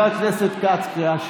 מה הקשר בין מס גודש לביבי?